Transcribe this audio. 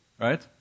Right